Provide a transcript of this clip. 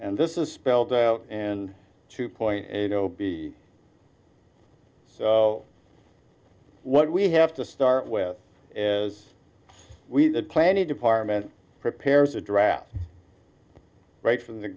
and this is spelt out and two point eight zero be so what we have to start with is we planted department prepares a draft right from the